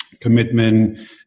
commitment